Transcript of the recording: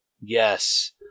Yes